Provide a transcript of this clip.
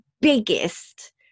biggest